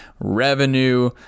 revenue